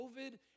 COVID